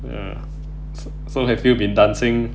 ya so have you been dancing